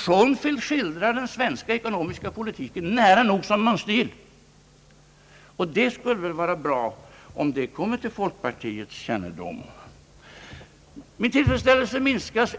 Schonfield skildrar den svenska ekonomiska politiken som nära nog mönstergill, och det skulle vara bra om det komme till folkpartiets kännedom. Min tillfredsställelse minskas